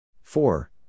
Four